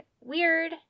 weird